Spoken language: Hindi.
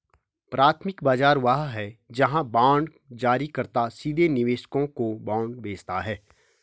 प्राथमिक बाजार वह है जहां बांड जारीकर्ता सीधे निवेशकों को बांड बेचता है